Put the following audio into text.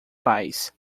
pais